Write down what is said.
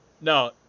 No